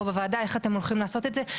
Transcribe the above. בוועדה איך אתם הולכים לעשות את זה.